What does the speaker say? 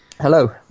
Hello